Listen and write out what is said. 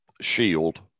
shield